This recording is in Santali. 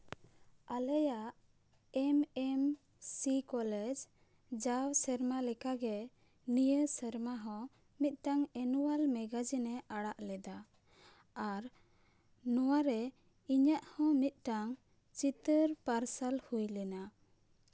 ᱟᱞᱮᱭᱟᱜ ᱮᱢ ᱮᱢ ᱥᱤ ᱠᱚᱞᱮᱡᱽ ᱡᱟᱣ ᱥᱮᱨᱣᱟ ᱞᱮᱠᱟᱜᱮ ᱱᱤᱭᱟᱹ ᱥᱮᱨᱢᱟ ᱦᱚᱸ ᱢᱤᱫᱴᱟᱝ ᱮᱱᱩᱣᱟᱞ ᱢᱮᱜᱟᱡᱤᱱᱮ ᱟᱲᱟᱜ ᱞᱮᱫᱟ ᱟᱨ ᱱᱚᱣᱟᱨᱮ ᱤᱧᱟᱹᱜ ᱦᱚᱸ ᱢᱤᱫᱴᱟᱱ ᱪᱤᱛᱟᱹᱨ ᱯᱟᱨᱥᱟᱞ ᱦᱩᱭ ᱞᱮᱱᱟ